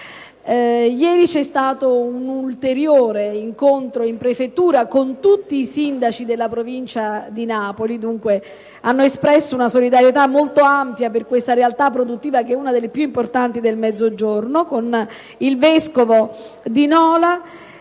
Ieri si è svolto un ulteriore incontro in prefettura con tutti i sindaci della provincia di Napoli, che hanno espresso una solidarietà molto ampia per questa realtà produttiva, tra le più importanti del Mezzogiorno, con il vescovo di Nola